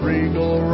Regal